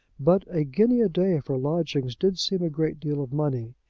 but a guinea a day for lodgings did seem a great deal of money.